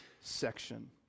section